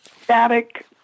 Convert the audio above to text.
static